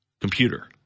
computer